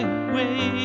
away